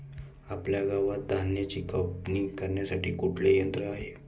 आपल्या गावात धन्याची कापणी करण्यासाठी कुठले यंत्र आहे?